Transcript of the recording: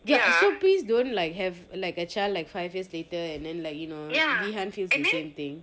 ya so please don't like have a like a child like five years later and then like you know veehan feels the same thing same thing